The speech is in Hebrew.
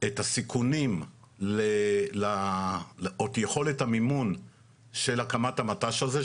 את הסיכונים או את יכול המימון של הקמת המט"ש הזה,